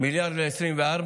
מיליארד ל-2024.